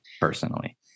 personally